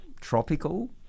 tropical